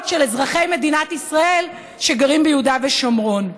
של אזרחי מדינת ישראל שגרים ביהודה ושומרון.